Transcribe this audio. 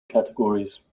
categories